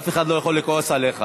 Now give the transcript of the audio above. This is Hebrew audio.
אף אחד לא יוכל לכעוס עליך.